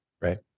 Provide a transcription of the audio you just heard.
Right